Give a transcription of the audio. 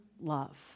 love